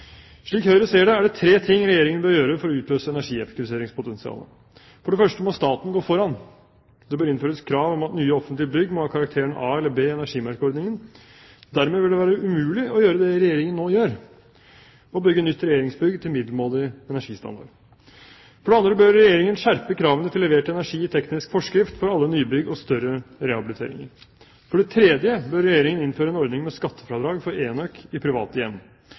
Slik Høyre ser det, er det tre ting Regjeringen bør gjøre for å utløse energieffektiviseringspotesialet. For det første må staten gå foran. Det bør innføres krav om at nye offentlige bygg må ha karakteren A eller B i energimerkeordningen. Dermed vil det være umulig å gjøre det Regjeringen nå gjør, nemlig å bygge et regjeringsbygg med en middelmådig energistandard. For det andre bør Regjeringen skjerpe kravene til levert energi i teknisk forskrift for alle nybygg og større rehabiliteringer. For det tredje bør Regjeringen innføre en ordning med skattefradrag for enøk i private